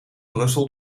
brussel